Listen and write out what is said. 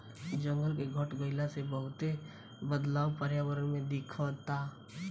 जंगल के घट गइला से बहुते बदलाव पर्यावरण में दिखता